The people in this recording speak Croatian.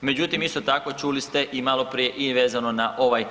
Međutim, isto tako čuli ste i maloprije i vezano na ovaj,